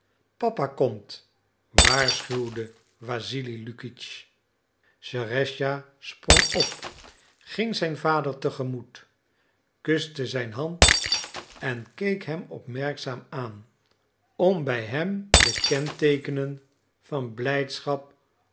papa komt waarschuwde wassili lukitsch serëscha sprong op ging zijn vader te gemoet kuste zijn hand en keek hem opmerkzaam aan om bij hem de kenteekenen van blijdschap